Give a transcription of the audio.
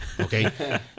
Okay